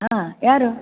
हा यारु